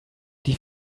die